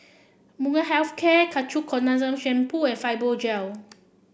Molnylcke Health Care Ketoconazole Shampoo and Fibogel